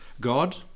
God